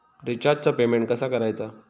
रिचार्जचा पेमेंट कसा करायचा?